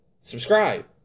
subscribe